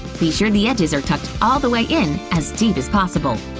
be sure the edges are tucked all the way in as deep as possible.